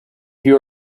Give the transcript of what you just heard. you